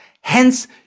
Hence